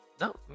No